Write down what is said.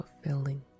fulfilling